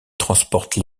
transportent